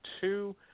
two